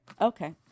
okay